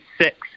six